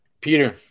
peter